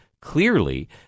clearly